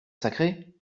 sacrée